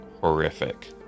horrific